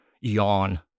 yawn